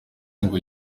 ngo